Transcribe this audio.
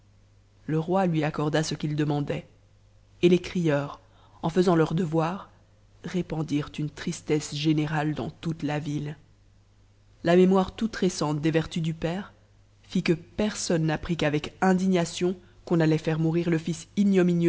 le roi lui accorda ce qu'il demandait et les crieurs en faisant leur devoir répandirent une tristesse générale dans toute la ville lampmoire toute récente des vertus du père fit que personne n'apprit qu'avec indignation qu'on allait faire mourir le